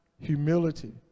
Humility